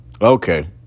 Okay